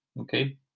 Okay